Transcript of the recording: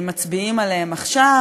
מצביעים עליהם עכשיו.